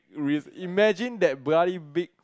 risk imagine that bloody big